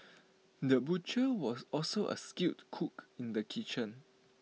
the butcher was also A skilled cook in the kitchen